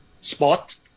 spot